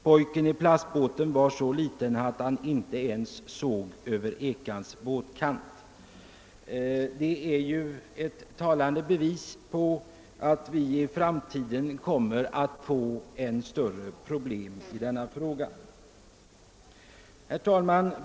——— Pojken i plastbåten var så liten att han inte ens såg ekan över båtkanten!» Detta är ju ett talande bevis för att vi i framtiden kommer att få ännu större problem med båttrafiken.